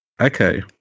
Okay